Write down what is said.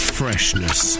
freshness